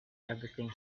everything